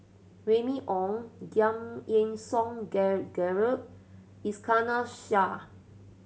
Remy Ong Giam Yean Song Gerald Iskandar Shah